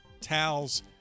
towels